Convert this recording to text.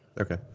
okay